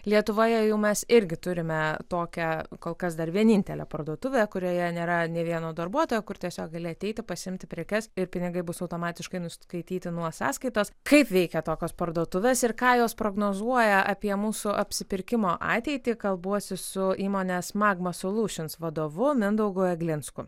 lietuvoje jau mes irgi turime tokią kol kas dar vienintelę parduotuvę kurioje nėra nė vieno darbuotojo kur tiesiog gali ateiti pasiimti prekes ir pinigai bus automatiškai nuskaityti nuo sąskaitos kaip veikia tokios parduotuvės ir ką jos prognozuoja apie mūsų apsipirkimo ateitį kalbuosi su įmonės magma sulūšins vadovu mindaugu eglinsku